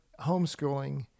homeschooling